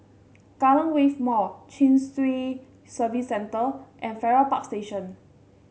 Kallang Wave Mall Chin Swee Service Centre and Farrer Park Station